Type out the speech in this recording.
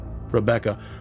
Rebecca